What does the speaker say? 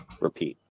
repeat